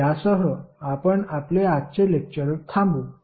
तर यासह आपण आपले आजचे लेक्टर थांबवु